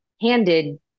handed